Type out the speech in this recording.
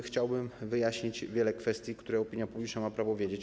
Chciałbym wyjaśnić wiele kwestii, które opinia publiczna ma prawo wiedzieć.